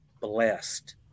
blessed